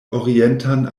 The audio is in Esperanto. orientan